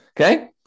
okay